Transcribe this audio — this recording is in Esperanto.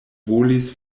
volis